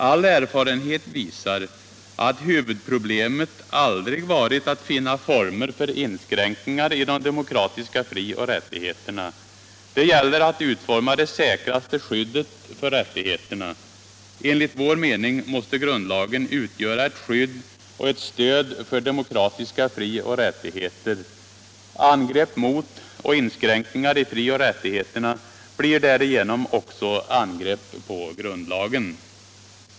All erfarenhet visar att huvudproblemet aldrig varit att finna former för inskränkningar i de demokratiska frioch rättigheterna. Det gäller att utforma det säkraste skyddet för rättigheterna. Enligt vår mening måste grundlagen utgöra ett skydd och cett stöd för demokratiska frioch rättigheter. Angrepp mot och inskränkningar i frioch rättigheterna blir därigenom också angrepp mot grundlagen.